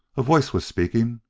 a voice was speaking.